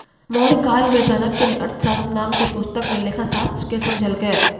मौर्यकाल मे चाणक्य ने अर्थशास्त्र नाम के पुस्तक मे लेखाशास्त्र के समझैलकै